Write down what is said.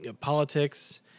politics